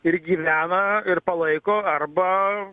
ir gyvena ir palaiko arba